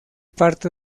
parte